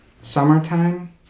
Summertime